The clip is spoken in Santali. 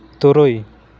ᱛᱩᱨᱩᱭ